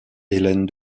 hélène